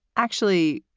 actually,